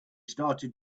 started